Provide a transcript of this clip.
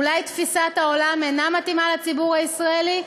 אולי תפיסת העולם אינה מתאימה לציבור הישראלי?